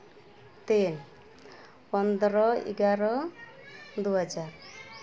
ᱛᱤᱱ ᱯᱚᱸᱫᱽᱨᱚ ᱮᱜᱟᱨᱚ ᱫᱩ ᱦᱟᱡᱟᱨ